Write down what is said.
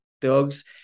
Dogs